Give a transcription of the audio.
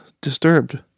disturbed